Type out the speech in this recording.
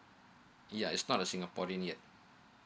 ya it's not a singaporean yet